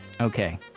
okay